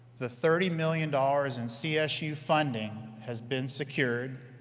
the thirty million dollars in csu funding has been secured,